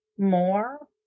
more